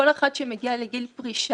כל אחד שמגיע לגיל פרישה,